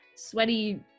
sweaty